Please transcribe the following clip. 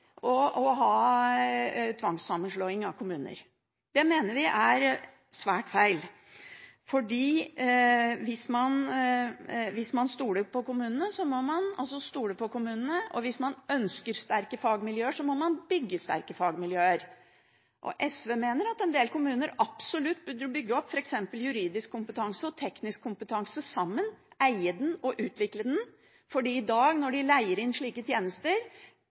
tvangssammenslåing av kommuner, mener vi er svært feil. Hvis man stoler på kommunene, må man stole på kommunene. Hvis man ønsker sterke fagmiljøer, må man bygge sterke fagmiljøer. SV mener at en del kommuner absolutt burde bygge opp f.eks. juridisk og teknisk kompetanse sammen – eie den og utvikle den – for hvis de leier inn slike tjenester,